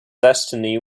destiny